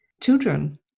children